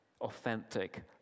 authentic